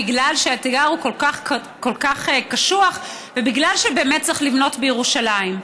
בגלל שהאתגר כל כך קשוח ובגלל שבאמת צריך לבנות בירושלים.